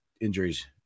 injuries